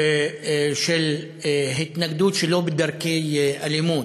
של התנגדות שלא בדרכי אלימות,